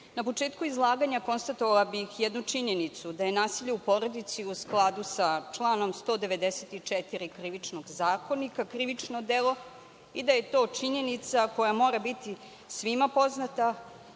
početku izlaganja konstatovala bih jednu činjenicu da je nasilje u porodici u skladu sa članom 194. Krivičnog zakonika, krivično delo i da je to činjenica koja mora biti svima poznata,